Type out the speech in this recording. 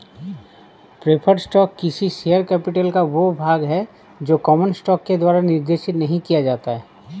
preferred stock किसी share capital का वह भाग है जो कॉमन स्टॉक के द्वारा निर्देशित नहीं किया जाता है